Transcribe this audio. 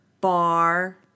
bar